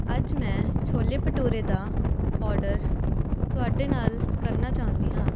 ਅੱਜ ਮੈਂ ਛੋਲੇ ਭਟੂਰੇ ਦਾ ਔਡਰ ਤੁਹਾਡੇ ਨਾਲ ਕਰਨਾ ਚਾਹੁੰਦੀ ਹਾਂ